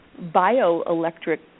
bioelectric